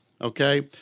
Okay